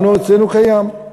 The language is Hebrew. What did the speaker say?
לנו, אצלנו, קיים.